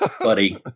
Buddy